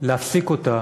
להפסיק אותה